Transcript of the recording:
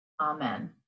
Amen